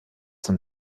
zum